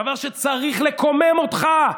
דבר שצריך לקומם אותך,